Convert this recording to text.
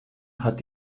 hat